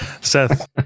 Seth